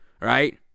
right